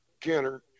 kenner